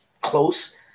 close